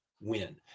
win